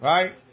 Right